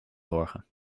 zorgen